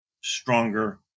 stronger